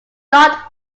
dot